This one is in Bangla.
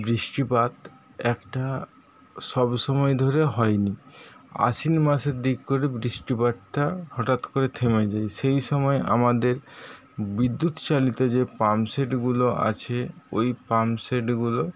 বৃষ্টিপাত একটা সব সময় ধরে হয়নি আশ্বিন মাসের দিক করে বৃষ্টিপাতটা হঠাৎ করে থেমে যায় সেই সময় আমাদের বিদ্যুৎ চালিত যে পাম্প সেটগুলো আছে ওই পাম্প সেটগুলো